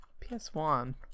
ps1